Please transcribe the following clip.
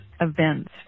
events